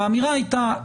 האמירה הייתה,